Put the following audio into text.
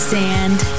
sand